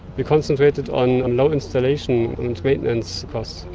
we concentrated on low installation and maintenance costs,